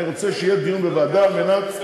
אני רוצה שיהיה דיון בוועדה על מנת,